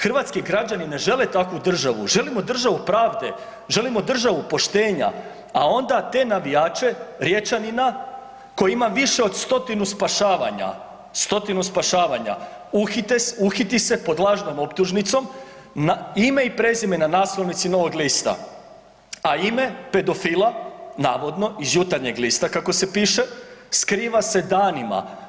Hrvatski građani ne žele takvu državu, želimo državu pravde, želimo državu poštenja, a onda te navijače Riječanina koji ima više od 100-tinu spašavanja, 100-tinu spašavanja uhiti se pod lažnom optužnicom, ime i prezime na naslovnici Novog lista, a ime pedofila navodno iz Jutarnjeg lista kako se piše, skriva se danima.